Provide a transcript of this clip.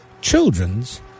children's